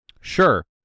Sure